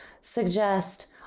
suggest